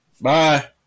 Bye